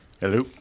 Hello